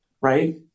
right